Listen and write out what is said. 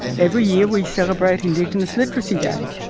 every year we celebrate indigenous literacy day,